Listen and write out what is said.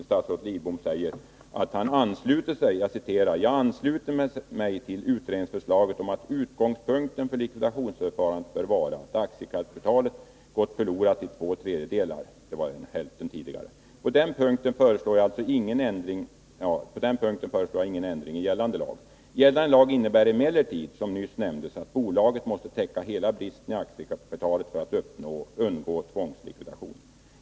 Statsrådet Lidbom sade där: ”Jag ansluter mig till utredningsförslaget om att ugångspunkten för tvångslikvidationsförfarandet bör vara att aktiekapitalet gått förlorat till 2/3.” Det var tidigare hälften. ”På den punkten föreslår jag alltså inte någon ändring i gällande lag. Gällande lag innebär emellertid, som nyss nämndes, att bolaget måste täcka hela bristen i aktiekapitalet för att undgå tvångslikvidation.